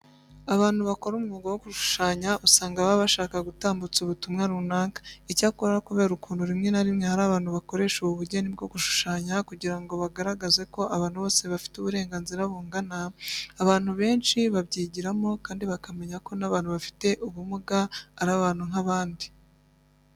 Abantu bakora umwuga wo gushushanya usanga baba bashaka gutambutsa ubutumwa runaka. Icyakora kubera ukuntu rimwe na rimwe hari abantu bakoresha ubu bugeni bwo gushushanya kugira ngo bagaragaze ko abantu bose bafite uburenganzira bungana, abantu benshi babyigiramo kandi bakamenya ko n'abantu bafite ubumuga ari abantu nk'abandi.